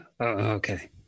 Okay